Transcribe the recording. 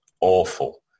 awful